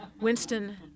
Winston